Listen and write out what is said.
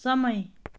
समय